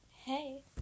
hey